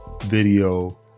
video